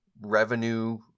revenue